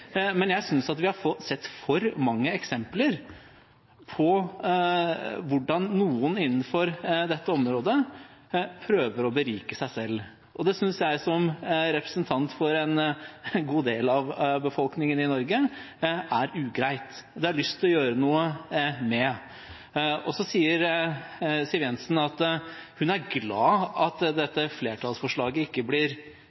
men jeg synes at vi har sett for mange eksempler på hvordan noen innenfor dette området prøver å berike seg selv. Det synes jeg som representant for en god del av befolkningen i Norge er ugreit, og det har jeg lyst til å gjøre noe med. Så sier Siv Jensen at hun er glad for at